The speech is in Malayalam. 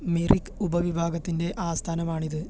മിറിക് ഉപവിഭാഗത്തിൻ്റെ ആസ്ഥാനമാണിത്